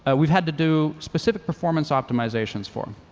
and we've had to do specific performance optimizations for